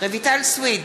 רויטל סויד,